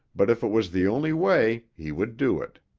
but if it was the only way, he would do it.